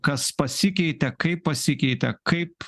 kas pasikeitė kaip pasikeitė kaip